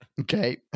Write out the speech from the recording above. okay